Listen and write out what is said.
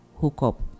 hookup